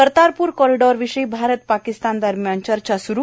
Kartarpur corridor विषयी भारत पाकिस्तान दरम्यान चर्चा सूरू